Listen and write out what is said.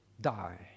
die